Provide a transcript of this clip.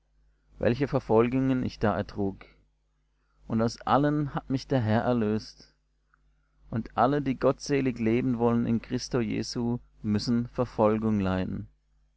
welche verfolgungen ich da ertrug und aus allen hat mich der herr erlöst und alle die gottselig leben wollen in christo jesu müssen verfolgung leiden